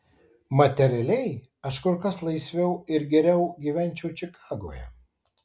materialiai aš kur kas laisviau ir geriau gyvenčiau čikagoje